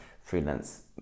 freelance